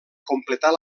completar